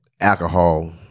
alcohol